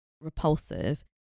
repulsive